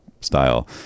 style